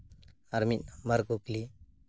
ᱟᱨ ᱢᱤᱫ ᱵᱟᱨ ᱠᱩᱠᱞᱤ